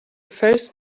first